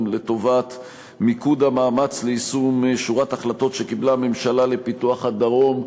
לטובת מיקוד המאמץ ליישום שורת החלטות שקיבלה הממשלה לפיתוח הדרום,